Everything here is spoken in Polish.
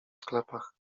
sklepach